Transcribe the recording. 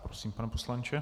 Prosím, pane poslanče.